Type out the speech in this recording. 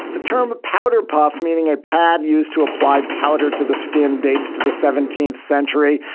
the term a powder puff meaning a pad used to apply powder to the skin dates to the seventeenth century.